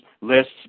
lists